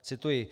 Cituji: